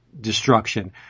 destruction